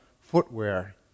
footwear